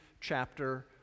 chapter